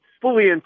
fully